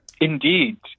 Indeed